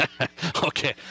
Okay